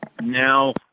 now